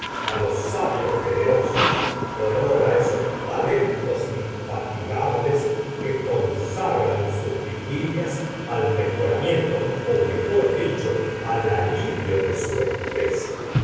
á los sabios generosos honor á esos talentos infatigables que consagran sus vigilias al mejoramiento ó mejor dicho al alivio de su especie